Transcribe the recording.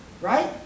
right